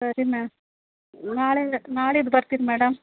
ಸರಿ ಮ್ಯಾಮ್ ನಾಳೆ ನಾಳಿದ್ದು ಬರ್ತೀನಿ ಮೇಡಮ್